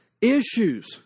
issues